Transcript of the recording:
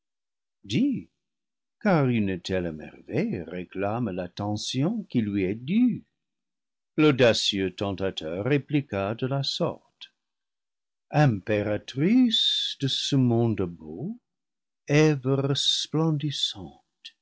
mer veille réclame l'attention qui lui est due l'audacieux tentateur répliqua de la sorte impératrice de ce monde beau eve resplendissante